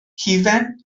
hufen